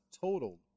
total